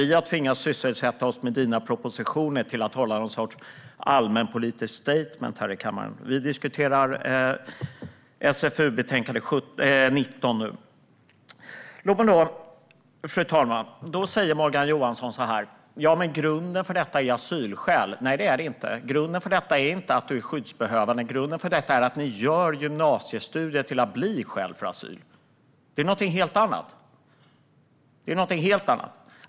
Vi har tvingats sysselsätta oss med dina propositioner, och du gör någon sorts allmänpolitiskt statement här i kammaren. Vi diskuterar betänkande SfU19 nu. Fru talman! Morgan Johansson säger att grunden för detta är asylskäl. Nej, det är det inte. Grunden för detta är inte att man är skyddsbehövande. Grunden för detta är att gymnasiestudier görs till skäl för asyl. Det är något helt annat.